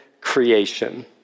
creation